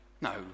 No